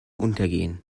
untergehen